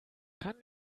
kann